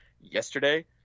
yesterday